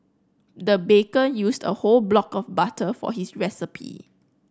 the baker used whole block of butter for this recipe